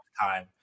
time